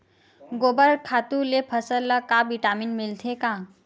गोबर खातु ले फसल ल का विटामिन मिलथे का?